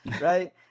right